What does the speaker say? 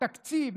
תקציב,